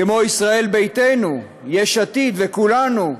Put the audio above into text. כמו ישראל ביתנו, יש עתיד וכולנו,